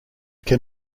can